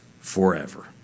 forever